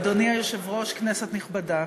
אדוני היושב-ראש, כנסת נכבדה,